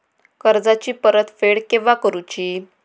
कर्जाची परत फेड केव्हा करुची?